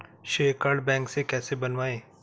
श्रेय card bank से कैसे बनवाएं?